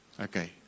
Okay